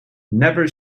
never